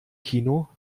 kino